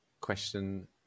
Question